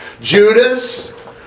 Judas